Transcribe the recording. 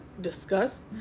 discuss